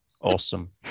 Awesome